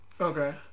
okay